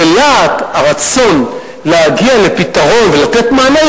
בלהט הרצון להגיע לפתרון ולתת מענה,